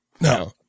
No